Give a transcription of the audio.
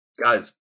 guys